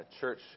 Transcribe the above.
Church